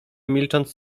milcząc